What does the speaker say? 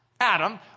Adam